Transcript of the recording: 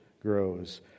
grows